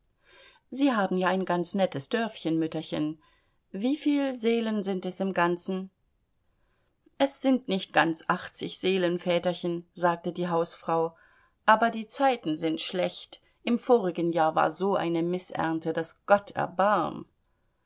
sie haben ja ein ganz nettes dörfchen mütterchen wieviel seelen sind es im ganzen es sind nicht ganz achtzig seelen väterchen sagte die hausfrau aber die zeiten sind schlecht im vorigen jahr war so eine mißernte daß gott erbarm